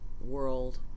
world